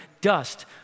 dust